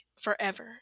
forever